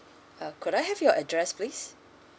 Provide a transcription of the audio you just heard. uh could I have your address please